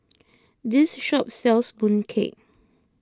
this shop sells Mooncake